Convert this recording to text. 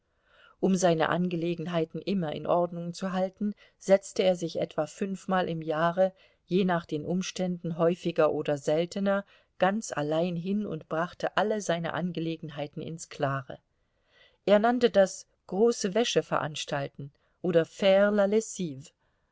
um seine angelegenheiten immer in ordnung zu halten setzte er sich etwa fünfmal im jahre je nach den umständen häufiger oder seltener ganz allein hin und brachte alle seine angelegenheiten ins klare er nannte das große wäsche veranstalten oder